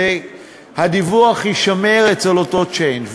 והדיווח יישמר אצל אותו צ'יינג'.